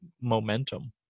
momentum